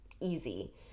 easy